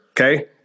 Okay